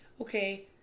okay